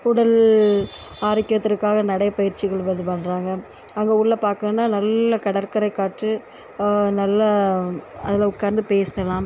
உடல் ஆரோக்கியத்திற்காக நடை பயிற்சிகள் வந்து பண்ணுறாங்க அங்கே உள்ள பார்க்கன்னா நல்ல கடற்கரை காற்று நல்லா அதில் உட்காந்து பேசலாம்